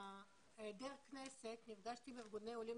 בהיעדר כנסת, נפגשתי עם ארגוני עולים